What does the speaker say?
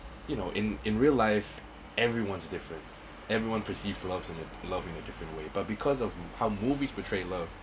you know in in real life everyone's different everyone perceives loves in love in a different way but because of how movies betrayed love